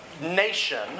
nation